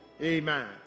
amen